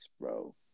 bro